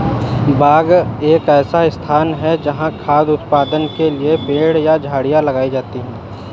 बाग एक ऐसा स्थान है जहाँ खाद्य उत्पादन के लिए पेड़ या झाड़ियाँ लगाई जाती हैं